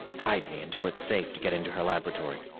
hide me until it's safe to get into her laboratory.